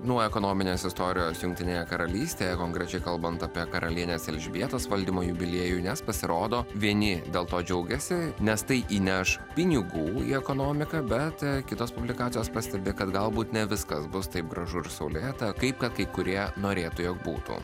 nuo ekonominės istorijos jungtinėje karalystėje konkrečiai kalbant apie karalienės elžbietos valdymo jubiliejų nes pasirodo vieni dėl to džiaugiasi nes tai įneš pinigų į ekonomiką bet kitos publikacijos pastebi kad galbūt ne viskas bus taip gražu ir saulėta kaip kad kai kurie norėtų jog būtų